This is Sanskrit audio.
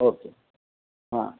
ओके हा